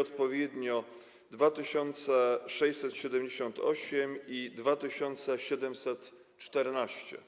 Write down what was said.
odpowiednio druki nr 2678 i 2714.